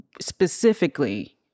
specifically